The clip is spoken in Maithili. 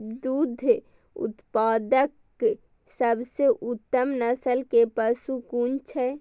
दुग्ध उत्पादक सबसे उत्तम नस्ल के पशु कुन छै?